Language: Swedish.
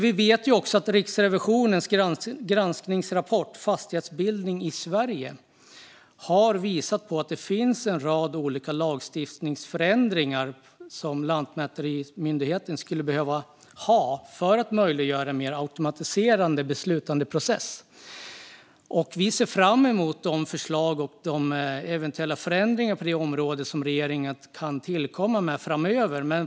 Vi vet också att Riksrevisionens granskningsrapport Fastighetsbildningen i Sverige - handläggningstider, avgifter och reformbehov har visat på en lång rad olika lagstiftningsförändringar som lantmäterimyndigheten skulle behöva för att möjliggöra mer automatiserade beslutandeprocesser. Vi ser fram emot de förslag och eventuella förändringar på det området som regeringen kan komma med framöver.